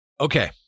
Okay